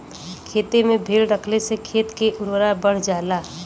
खेते में भेड़ रखले से खेत के उर्वरता बढ़ जाला